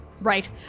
right